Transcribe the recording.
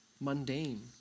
mundane